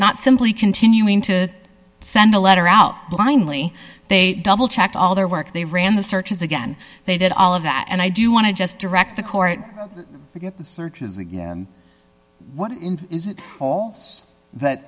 not simply continuing to send a letter out blindly they double checked all their work they ran the searches again they did all of that and i do want to just direct the court to get the searches again what is it all